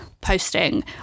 posting